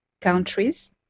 countries